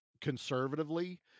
conservatively